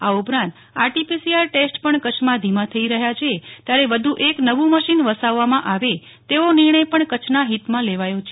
આ ઉપરાંત RTPCR test પણ કચ્છમાં ધીમા થઈ રહ્યા છે ત્યારે વધુ એક નવુ મશીન વસાવવામા આવે તેવો નિર્ણય પણ કચ્છના હિતમાં લેવાયો છે